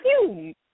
huge